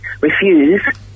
refuse